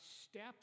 steps